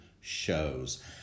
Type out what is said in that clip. shows